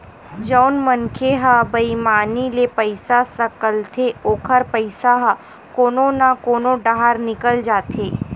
जउन मनखे ह बईमानी ले पइसा सकलथे ओखर पइसा ह कोनो न कोनो डाहर निकल जाथे